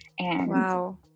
Wow